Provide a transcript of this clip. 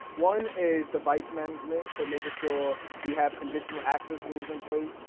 one is device management. so making sure we have conditional access rules in place.